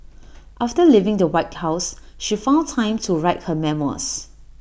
after leaving the white house she found time to write her memoirs